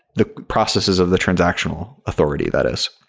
the processes of the transactional authority, that is.